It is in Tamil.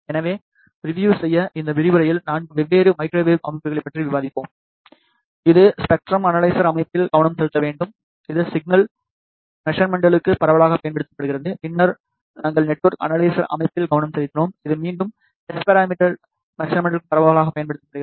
எனவே ரிவியூ செய்ய இந்த விரிவுரையில் 4 வெவ்வேறு மைக்ரோவேவ் அமைப்புகள் பற்றி விவாதித்தோம் இது ஸ்பெக்ட்ரம் அனலைசர் அமைப்பில் கவனம் செலுத்த வேண்டும் இது சிக்னல் மெசர்மன்ட்களுக்கு பரவலாகப் பயன்படுத்தப்படுகிறது பின்னர் நாங்கள் நெட்ஒர்க் அனலைசர் அமைப்பில் கவனம் செலுத்தினோம் இது மீண்டும் எஸ் பராமீட்டர் மெசர்மன்ட்களுக்கு பரவலாகப் பயன்படுத்தப்படுகிறது